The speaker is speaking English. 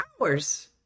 Hours